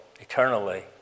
eternally